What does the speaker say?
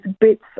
bits